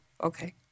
Okay